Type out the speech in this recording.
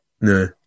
No